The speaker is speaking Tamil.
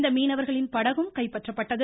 இந்த மீனவர்களின் படகும் கைப்பற்றப்பட்டது